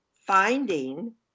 finding